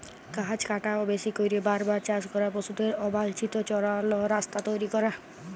গাহাচ কাটা, বেশি ক্যইরে বার বার চাষ ক্যরা, পশুদের অবাল্ছিত চরাল, রাস্তা তৈরি ক্যরা